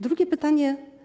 Drugie pytanie.